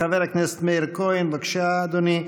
חבר הכנסת מאיר כהן, בבקשה, אדוני.